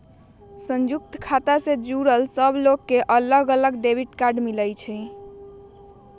संयुक्त खाता से जुड़ल सब लोग के अलग अलग डेबिट कार्ड मिलई छई